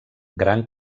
gran